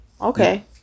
okay